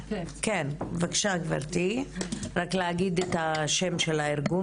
בבקשה גברתי, רק להגיד את השם של הארגון